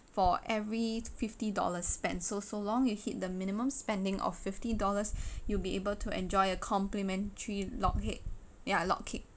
for every fifty dollars spent so so long you hit the minimum spending of fifty dollars you'll be able to enjoy a complimentary lockheed ya log cake